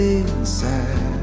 inside